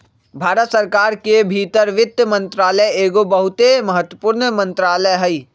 भारत सरकार के भीतर वित्त मंत्रालय एगो बहुते महत्वपूर्ण मंत्रालय हइ